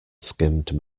skimmed